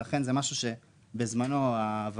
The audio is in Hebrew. לכן זה משהו שבזמנו הוועדה